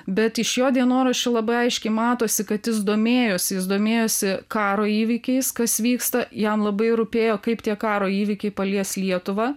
bet iš jo dienoraščių labai aiškiai matosi kad jis domėjosi jis domėjosi karo įvykiais kas vyksta jam labai rūpėjo kaip tie karo įvykiai palies lietuvą